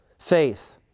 Faith